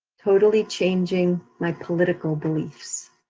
totally changing my political beliefs.